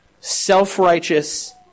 self-righteous